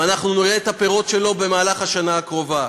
ונראה את הפירות שלו בשנה הקרובה.